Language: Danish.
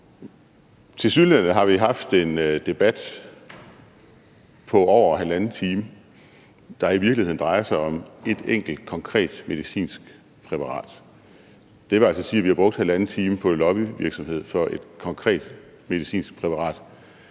Tilsyneladende har vi haft en debat på over halvanden time, der i virkeligheden drejer sig om et enkelt konkret medicinsk præparat. Det vil altså sige, at vi har brugt halvanden time på lobbyvirksomhed for et konkret medicinsk præparat.